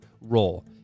role